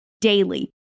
Daily